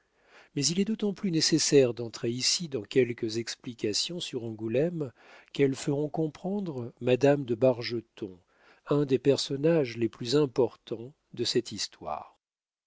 mais il est d'autant plus nécessaire d'entrer ici dans quelques explications sur angoulême qu'elles feront comprendre madame de bargeton un des personnages les plus importants de cette histoire